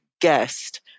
guest